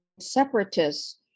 separatists